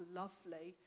lovely